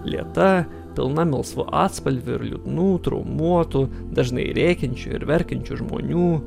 lėta pilna melsvų atspalvių ir liūdnų traumuotų dažnai rėkiančių ir verkiančių žmonių